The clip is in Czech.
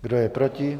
Kdo je proti?